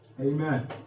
Amen